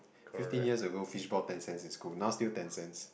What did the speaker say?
fifteen years ago fish ball ten cents in school now still ten cents